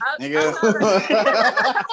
nigga